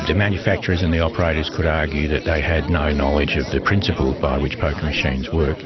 the manufacturers and the operators could argue that they had no knowledge of the principles by which poker machines work,